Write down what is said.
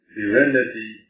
Serenity